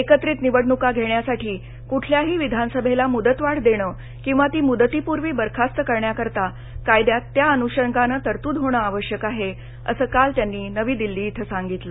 एकत्रित निवडणुका घेण्यासाठी कुठल्याही विधानसभेला मुदतवाढ देणं किंवा ती मुदतीपूर्वी बरखास्त करण्याकरता कायद्यात त्याअनुषंगानं तरतूद होणं आवश्यक आहे असं त्यांनी काल नवी दिल्ली इथं सांगितलं